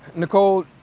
nicole,